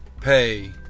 pay